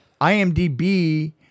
IMDb